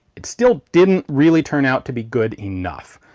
it still didn't really turn out to be good enough.